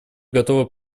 готова